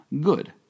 good